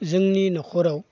जोंनि न'खराव